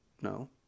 no